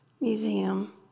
museum